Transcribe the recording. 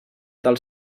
del